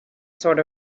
sort